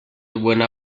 buena